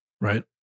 Right